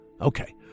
Okay